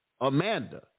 Amanda